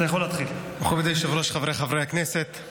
מכובדי היושב-ראש, חבריי חברי הכנסת,